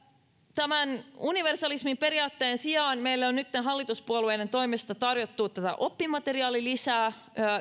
tämän universalismin periaatteen sijaan meille on nytten hallituspuolueiden toimesta tarjottu oppimateriaalilisää